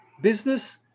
business